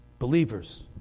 Believers